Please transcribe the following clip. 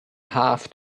half